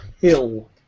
hill